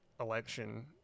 election